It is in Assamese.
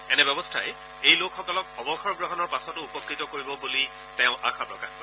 এনে ব্যৱস্থাই এই লোকসকলক অৱসৰ গ্ৰহণৰ পাছতো উপকৃত কৰিব বুলি তেওঁ আশা প্ৰকাশ কৰে